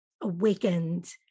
awakened